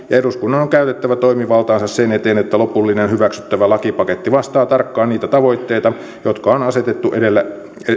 ja eduskunnan on käytettävä toimivaltaansa sen eteen että lopullinen hyväksyttävä lakipaketti vastaa tarkkaan niitä tavoitteita jotka on asetettu edellä